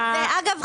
ואגב,